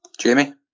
Jamie